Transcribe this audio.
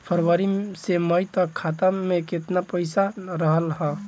फरवरी से मई तक खाता में केतना पईसा रहल ह?